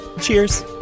Cheers